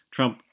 Trump